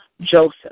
Joseph